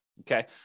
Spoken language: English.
okay